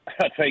Thank